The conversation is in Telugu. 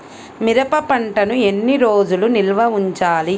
మిరప పంటను ఎన్ని రోజులు నిల్వ ఉంచాలి?